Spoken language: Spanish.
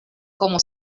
como